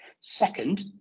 Second